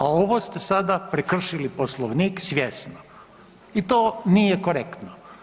A ovo ste sada prekršili Poslovnik svjesno i to nije korektno.